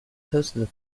toasted